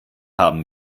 haben